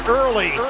early